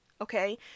Okay